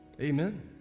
Amen